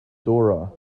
dora